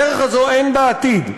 אבל הדרך הזו אין בה עתיד.